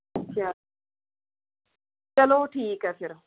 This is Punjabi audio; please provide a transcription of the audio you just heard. ਅੱਛਾ ਚਲੋ ਠੀਕ ਹੈ ਫਿਰ